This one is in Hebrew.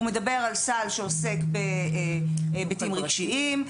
הוא מדבר על סל שעוסק בהיבטים רגשיים,